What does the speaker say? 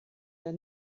der